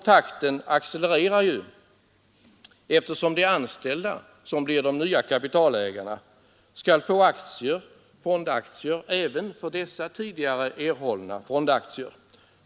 Takten accelererar ju eftersom de anställda, som blir nya kapitalägare, skall få fondaktier även för sina tidigare erhållna aktier.